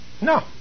No